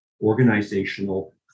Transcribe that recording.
organizational